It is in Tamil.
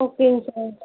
ஓகேங்க சார்